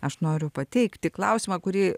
aš noriu pateikti klausimą kurį